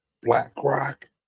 BlackRock